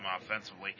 offensively